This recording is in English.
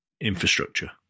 infrastructure